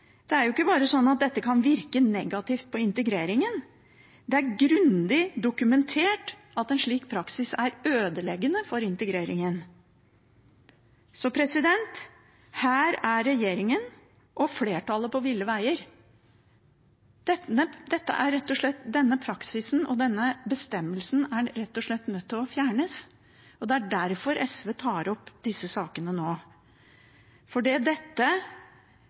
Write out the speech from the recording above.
Det er ikke bare slik at dette kan virke negativt på integreringen; det er grundig dokumentert at en slik praksis er ødeleggende for integreringen. Så her er regjeringen og flertallet på ville veier. Denne praksisen og denne bestemmelsen er man rett og slett nødt til å fjerne, og det er derfor SV tar opp disse sakene nå. Slik som dette har vært til nå, er